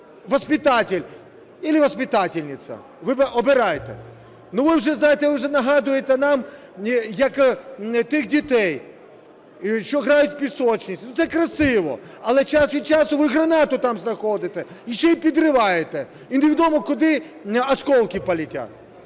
ви вже нагадуєте нам, як тих дітей, що грають у пісочнику. Це красиво, але час від часу ви гранату там знаходите і ще й підриваєте, і невідомо куди осколки полетят.